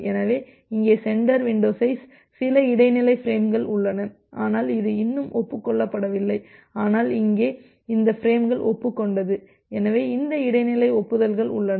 எனவே இங்கே centre window size சில இடைநிலை பிரேம்கள் உள்ளன ஆனால் இது இன்னும் ஒப்புக் கொள்ளப்படவில்லை ஆனால் இங்கே இந்த பிரேம்கள் ஒப்புக் கொண்டது எனவே இந்த இடைநிலை ஒப்புதல்கள் உள்ளன